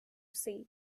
say